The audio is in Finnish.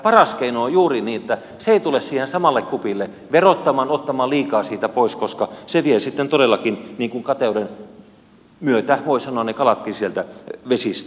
paras keino on juuri se että se ei tule siihen samalle kupille verottamaan ottamaan liikaa siitä pois koska se vie sitten todellakin niin kuin kateuden myötä voi sanoa ne kalatkin sieltä vesistä